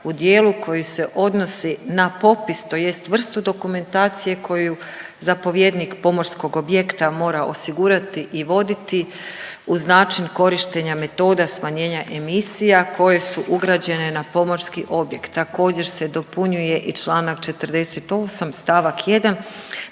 u dijelu koji se odnosi na popis, tj. vrstu dokumentacije koju zapovjednik pomorskog objekta mora osigurati i voditi uz način korištenja metoda smanjenja emisija koje su ugrađene na pomorski objekt. Također se dopunjuje i čl. 48 st. 1